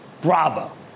Bravo